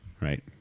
right